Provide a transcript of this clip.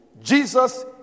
Jesus